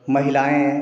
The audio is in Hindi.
महिलाएँ